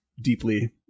deeply